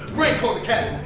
raincoat academy,